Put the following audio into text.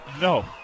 No